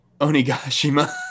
onigashima